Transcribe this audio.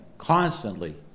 constantly